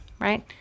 right